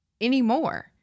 anymore